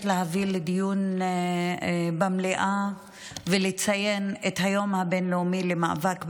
להביא לדיון במליאה ולציין את היום הבין-לאומי למאבק בגזענות.